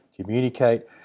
communicate